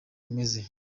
imeze